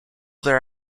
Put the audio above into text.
their